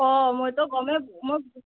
অঁ মইতো গমেই মই